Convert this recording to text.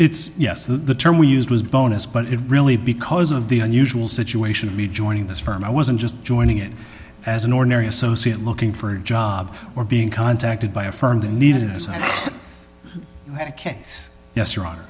it's yes the term we used was bonus but it really because of the unusual situation of me joining this firm i wasn't just joining it as an ordinary associate looking for a job or being contacted by a firm that needed us and yes your hon